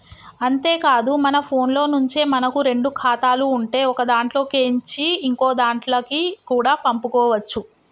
అంతేకాదు మన ఫోన్లో నుంచే మనకు రెండు ఖాతాలు ఉంటే ఒకదాంట్లో కేంచి ఇంకోదాంట్లకి కూడా పంపుకోవచ్చు